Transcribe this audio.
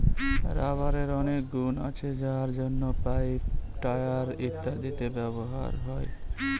রাবারের অনেক গুন আছে যার জন্য পাইপ, টায়ার ইত্যাদিতে ব্যবহার হয়